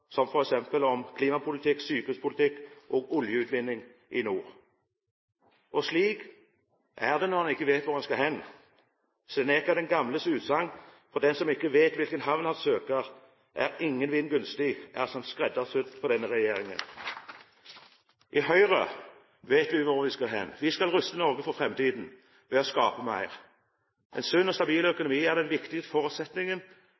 statsråder – om f.eks. klimapolitikk, sykehuspolitikk og oljeutvinning i nord. Slik er det når en ikke vet hvor en skal hen. Seneca den eldres utsagn «for den som ikke vet hvilken havn han søker, er ingen vind gunstig», er som skreddersydd for denne regjeringen. I Høyre vet vi hvor vi skal hen: Vi skal ruste Norge for framtiden ved å skape mer. En sunn og stabil